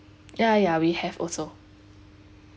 ya ya we have also